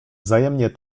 wzajemnie